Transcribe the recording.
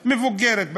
מבוגרת,